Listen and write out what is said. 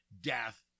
death